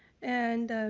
and